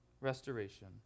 restoration